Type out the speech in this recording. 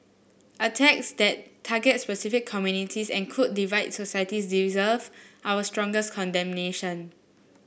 attacks that target specific communities and could divide societies deserve our strongest condemnation